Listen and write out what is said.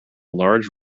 large